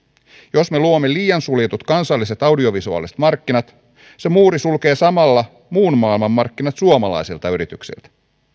jos me luomme liian suljetut kansalliset audiovisuaaliset markkinat se muuri sulkee samalla muun maailman markkinat suomalaisilta yrityksiltä